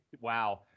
wow